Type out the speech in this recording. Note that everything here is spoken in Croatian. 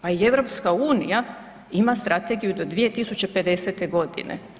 Pa i EU ima strategiju do 2050. godine.